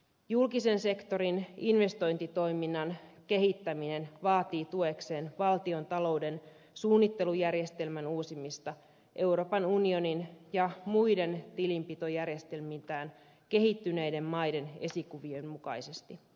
julkisen sektorin investointitoiminnan kehittäminen vaatii tuekseen valtiontalouden suunnittelujärjestelmän uusimista euroopan unionin ja muiden tilinpitojärjestelmiltään kehittyneiden maiden esikuvien mukaisesti